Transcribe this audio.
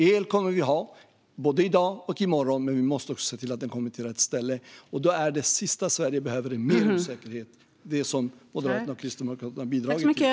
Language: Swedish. El kommer vi att ha, både i dag och i morgon, men vi måste också se till att den kommer till rätt ställe. Då är det sista Sverige behöver mer osäkerhet - det som Moderaterna och Kristdemokraterna har bidragit till.